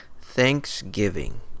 Thanksgiving